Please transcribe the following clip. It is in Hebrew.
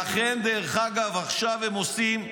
דרך אגב, לכן עכשיו הם עושים,